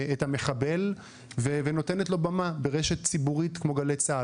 המחבל ונותנת לו במה ברשת ציבורית כמו גלי צה"ל.